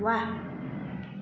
वाह